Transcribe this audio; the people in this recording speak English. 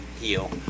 heal